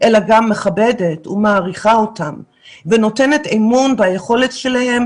אלא גם מכבדת ומעריכה אותם ונותנת אמון ביכולת שלהם